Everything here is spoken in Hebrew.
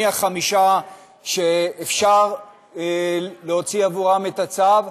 מי החמישה שאפשר להוציא עבורם את הצו,